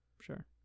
Sure